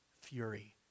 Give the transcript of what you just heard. fury